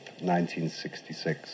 1966